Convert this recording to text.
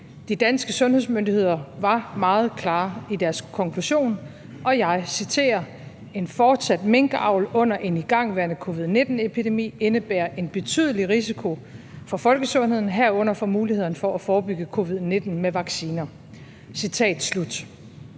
de danske sundhedsmyndigheder var meget klare i deres konklusion, og jeg citerer: En fortsat minkavl under en igangværende covid-19-epidemi indebærer en betydelig risiko for folkesundheden, herunder for mulighederne for at forebygge covid-19 med vacciner. Citat slut.